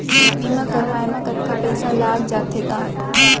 बीमा करवाए म कतका पइसा लग जाथे गा?